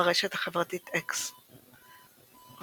ברשת החברתית אקס ורשה,